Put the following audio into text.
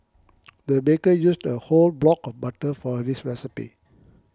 the baker used a whole block of butter for this recipe